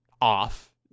off